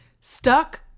Stuck